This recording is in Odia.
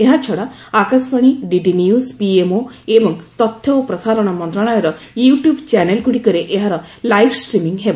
ଏହାଛଡା ଆକାଶବାଣୀ ଡିଡି ନ୍ୟୁକ୍ ପିଏମ୍ଓ ଓ ତଥ୍ୟ ପ୍ରସାରଣ ମନ୍ତ୍ରଣାଳୟ ୟୁଟ୍ୟୁବ୍ ଚ୍ୟାନେଲ ଗୁଡ଼ିକରେ ଏହାର ଲାଇଭ୍ ଷ୍ଟ୍ରିମିଙ୍ଗ ହେବ